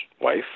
wife